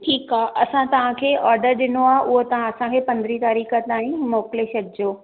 ठीकु आहे असां तव्हांखे ऑडर ॾिनो आहे हूअं तव्हां असांखे पंद्रहीं तारीख़ ताईं मोकिले छॾिजो